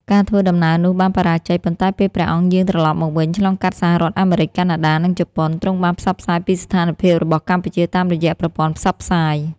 ការធ្វើដំណើរនោះបានបរាជ័យ ប៉ុន្តែពេលព្រះអង្គយាងត្រឡប់មកវិញ ឆ្លងកាត់សហរដ្ឋអាមេរិក កាណាដា និងជប៉ុន ទ្រង់បានផ្សព្វផ្សាយពីស្ថានភាពរបស់កម្ពុជាតាមរយៈប្រព័ន្ធផ្សព្វផ្សាយ។